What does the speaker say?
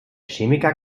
chemiker